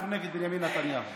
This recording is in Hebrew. אנחנו נגד בנימין נתניהו.